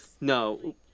no